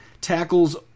tackles